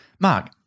Mark